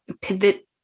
pivot